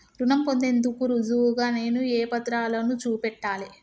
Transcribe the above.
రుణం పొందేందుకు రుజువుగా నేను ఏ పత్రాలను చూపెట్టాలె?